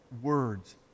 words